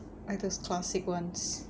ah just classic ones